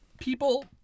people